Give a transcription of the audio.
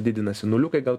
didinasi nuliukai gal